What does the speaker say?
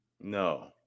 No